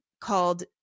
called